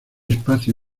espacio